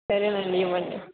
సరే అండి ఇవ్వండి